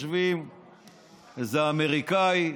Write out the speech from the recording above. איזה אמריקני,